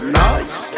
nice